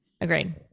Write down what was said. agreed